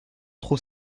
trop